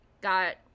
got